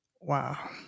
wow